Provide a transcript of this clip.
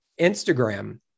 Instagram